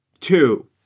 Two